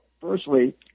Firstly